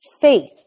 Faith